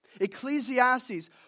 Ecclesiastes